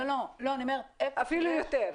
אפילו יותר.